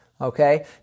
Okay